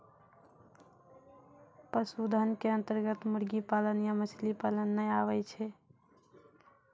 पशुधन के अन्तर्गत मुर्गी पालन या मछली पालन नाय आबै छै